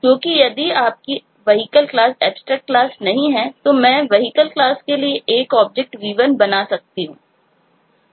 क्योंकि यदि आपकी Vehicle क्लास एब्स्ट्रेक्ट क्लास नहीं है तो मैं vehicle क्लास के लिए एक ऑब्जेक्ट V1 बना सकता हूं